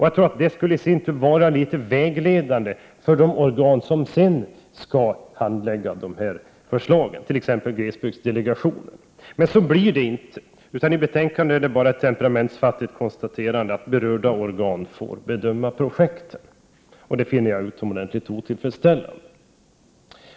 Jag tror också att det skulle vara vägledande för de organ som senare skall behandla förslagen, t.ex. glesbygdsdelegationen. Så blir det nu inte. I betänkandet återfinns bara ett temperamentsfattigt konstaterande att ”berörda organ får bedöma projekten”. Detta finner jag utomordentligt otillfredsställande.